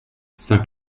saint